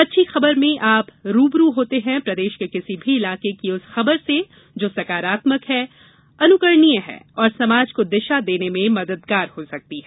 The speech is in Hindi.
अच्छी खबर में आप रूबरू होते हैं प्रदेश के किसी भी इलाके की उस खबर से जो सकारात्मक है अनुकरणीय है और समाज को दिशा देने में मददगार हो सकती है